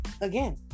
again